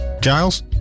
Giles